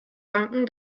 danken